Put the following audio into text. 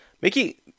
Mickey